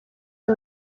iyo